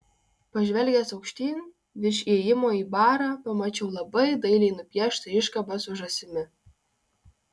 pažvelgęs aukštyn virš įėjimo į barą pamačiau labai dailiai nupieštą iškabą su žąsimi